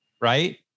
right